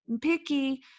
picky